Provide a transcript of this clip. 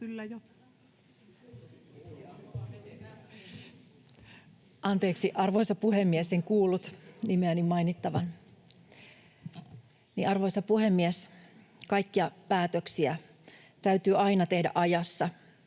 Anteeksi, arvoisa puhemies, en kuullut nimeäni mainittavan. — Arvoisa puhemies! Kaikkia päätöksiä täytyy aina tehdä ajassa,